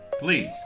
please